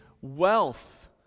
wealth